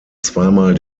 zweimal